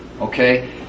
Okay